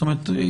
זאת אומרת,